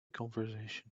conversation